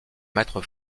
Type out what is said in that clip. mettre